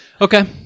Okay